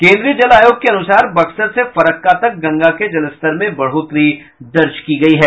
केंद्रीय जल आयोग के अनुसार बक्सर से फरक्का तक गंगा के जलस्तर में बढ़ोतरी दर्ज की गयी है